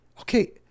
okay